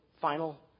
final